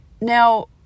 Now